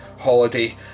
holiday